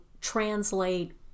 translate